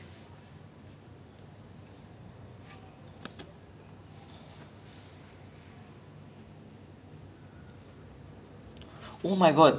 ya ya like இந்த மாரி பழைய படோலா நாங்க நிறைய பாதோ:intha maari palaiya padolaa naanga niraiya paatho especially like நா சின்ன வயசுல இருக்கும்போது அதிகமா பாத்தது வந்து:naa chinna vayasula irukkumpothu athigamaa paathathu vanthu gemini ganesan or like err sivaji ganesan we will use to watch err